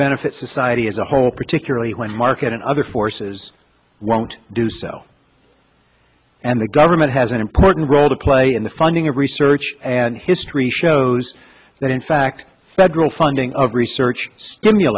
benefit society as a whole particularly when market and other forces won't do so and the government has an important role to play in the funding of research and history shows that in fact federal funding of research